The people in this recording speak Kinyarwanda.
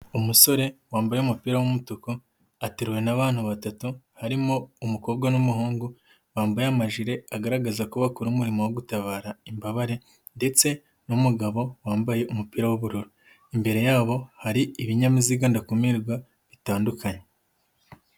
Umusore wambaye umupira w'umutuku ateruwe n'abantu batatu harimo umukobwa n'umuhungu bambaye amajire agaragaza ko bakora umurimo wo gutabara imbabare ndetse n'umugabo wambaye umupira w'ubururu, imbere yabo hari ibinyabiziga ndakumirwa bitandukanye.